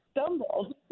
stumbled